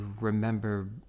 remember